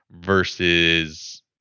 versus